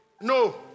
No